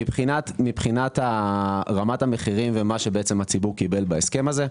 מבחינת רמת המחירים ומה שבעצם הציבור קיבל בהסכם הזה.